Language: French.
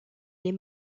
les